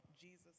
Jesus